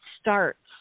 starts